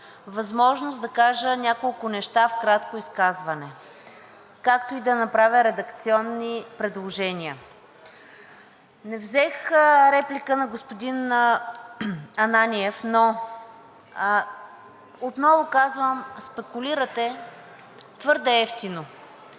възможност да кажа няколко неща в кратко изказване, както и да направя редакционни предложения. Не взех реплика на господин Ананиев, но отново казвам – спекулирате твърде евтино.